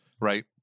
Right